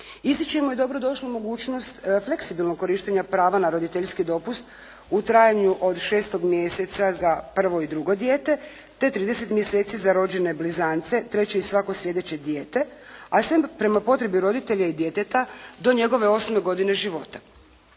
Ističemo i dobro došlu mogućnost fleksibilnog korištenja prava na roditeljski dopust u trajanju od šestog mjeseca za prvo i drugo dijete, te 30 mjeseci za rođene blizance, treće i svako slijedeće dijete, a sve prema potrebi roditelja i djeteta do njegove osme godine života,